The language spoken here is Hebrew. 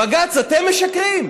בג"ץ, אתם משקרים,